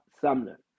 Sumner